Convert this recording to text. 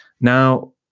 Now